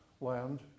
land